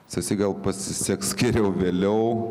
stasy gal pasiseks geriau vėliau